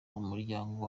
umuryango